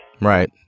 Right